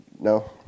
no